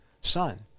son